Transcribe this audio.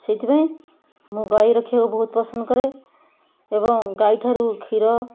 ସେଇଥିପାଇଁ ମୁଁ ଗାଈ ରଖିବାକୁ ବହୁତ ପସନ୍ଦ କରେ ଏବଂ ଗାଈ ଠାରୁ କ୍ଷୀର